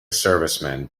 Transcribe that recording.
servicemen